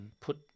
put